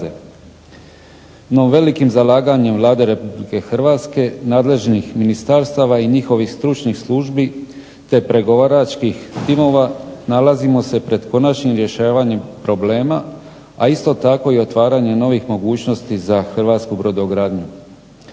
No, velikim zalaganjem Vlade RH, nadležnih ministarstava i njihovih stručnih službi te pregovaračkih timova nalazimo se pred konačnim rješavanjem problema, a isto tako i otvaranja novih mogućnosti za hrvatsku brodogradnju.